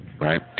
right